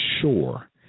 sure